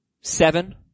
seven